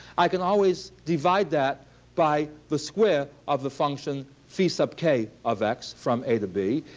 i can always divide that by the square of the function phi sub k of x from a to b,